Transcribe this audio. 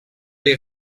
les